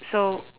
so